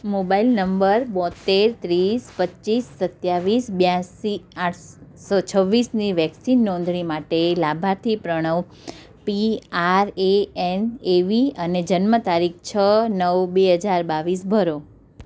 mobile number બોંતેર ત્રીસ પચીસ સત્યાવીસ બ્યાસી આઠસો છવ્વીસની વેક્સિન નોંધણી માટે લાભાર્થી Pranav P R A N A V અને જન્મ તારીખ છ નવ બે હજાર બાવીસ ભરો